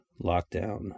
lockdown